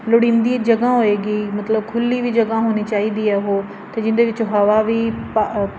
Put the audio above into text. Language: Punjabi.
ਲੋੜੀਂਦੀ ਜਗ੍ਹਾ ਹੋਏਗੀ ਮਤਲਬ ਖੁੱਲ੍ਹੀ ਵੀ ਜਗ੍ਹਾ ਹੋਣੀ ਚਾਹੀਦੀ ਹੈ ਉਹ ਅਤੇ ਜਿਹਦੇ ਵਿੱਚ ਹਵਾ ਵੀ ਪਾ